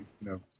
no